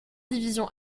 division